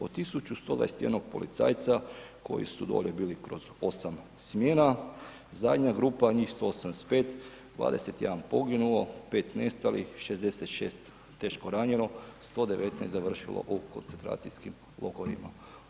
Od 1021 policajca koji su dolje bili kroz 8 smjena, zadnja grupa, njih 185, 21 poginulo, 5 nestalih, 66 teško ranjeno, 119 završilo u koncentracijskim logorima.